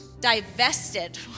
divested